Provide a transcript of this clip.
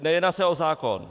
Nejedná se o zákon.